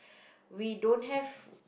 we don't have